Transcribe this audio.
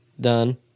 done